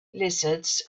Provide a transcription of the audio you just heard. lizards